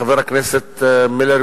חבר הכנסת מילר,